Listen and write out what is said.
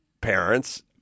parents